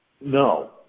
No